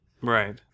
Right